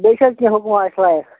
بیٚیہِ چھا کیٚنٛہہ حُکما اَسہِ لایق